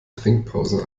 trinkpause